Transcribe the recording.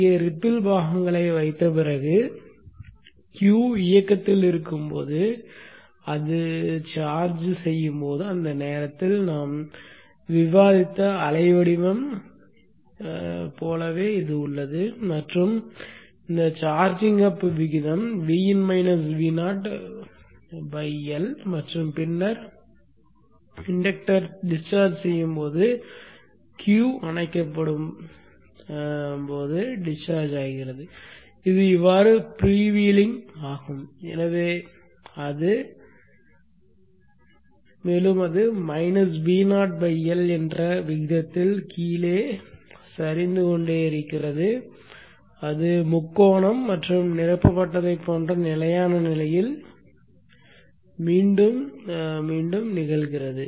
இங்கே ரிப்பில் பாகங்களை வைத்த பிறகு Q இயக்கத்தில் இருக்கும்போது அது சார்ஜ் செய்யும் போது அந்த நேரத்தில் நாம் விவாதித்த அலை வடிவம் போலவே உள்ளது மற்றும் இந்த சார்ஜிங் அப் விகிதம் L மற்றும் பின்னர் இன்டக்டர்கள் டிஸ்சார்ஜ் செய்யும் போது Q அணைக்கப்படும் போது டிஸ்சார்ஜ் ஆகிறது இது இவ்வாறு ஃப்ரீவீலிங் ஆகும் மேலும் அது மைனஸ் VoL என்ற விகிதத்தில் கீழே விழுந்து கொண்டே இருக்கிறது அது முக்கோணம் மற்றும் நிரப்பப்பட்டதைப் போன்ற நிலையான நிலையில் மீண்டும் மீண்டும் நிகழ்கிறது